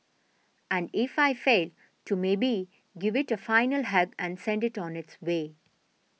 and if I fail to maybe give it a final hug and send it on its way